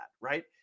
right